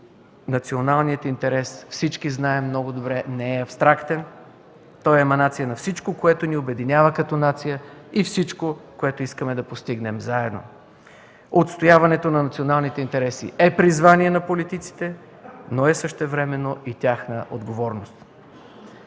Националният интерес – всички знаем много добре, не е абстрактен. Той е еманация на всичко, което ни обединява като нация и всичко, което искаме да постигнем заедно. Отстояването на националните интереси е призвание на политиците, но същевременно е тяхна отговорност.